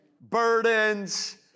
burdens